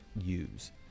use